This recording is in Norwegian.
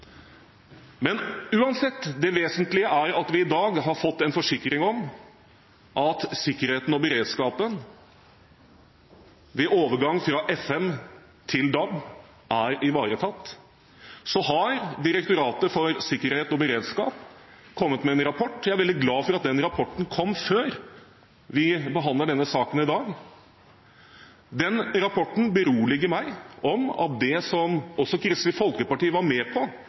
Men uansett: Det vesentlige er at vi i dag har fått en forsikring om at sikkerheten og beredskapen ved overgang fra FM til DAB er ivaretatt. Direktoratet for samfunnssikkerhet og beredskap har kommet med en rapport. Jeg er veldig glad for at den rapporten kom før vi behandler denne saken i dag. Rapporten beroliger meg om at det som også Kristelig Folkeparti var med på